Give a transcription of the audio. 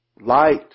Light